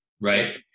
Right